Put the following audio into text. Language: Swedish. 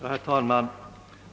Herr talman!